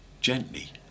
gently